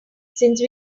since